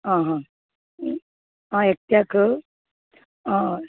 आ हा आ एकट्याक हय